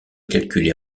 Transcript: calculé